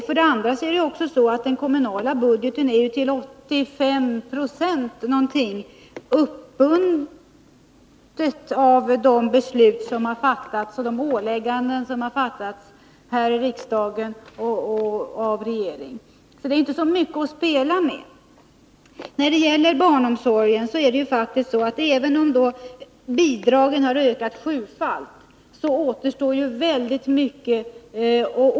För det andra är den kommunala budgeten till omkring 85 26 uppbunden av de ålägganden och de beslut som har fattats här i riksdagen och av regeringen. Det är inte så mycket att spela med. När det gäller barnomsorgen återstår faktiskt, även om bidragen har ökat sjufalt, väldigt mycket att göra.